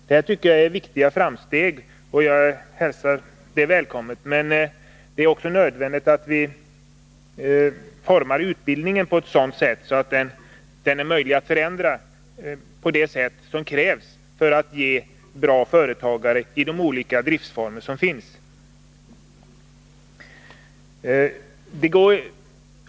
Det här tycker jag är ett viktigt framsteg, och jag hälsar det välkommet. Men det är också nödvändigt att vi formar utbildningen på ett sådant sätt att det är möjligt att förändra den så som krävs för att utbildningen skall ge bra företagare i de olika driftsformer som finns.